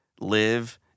Live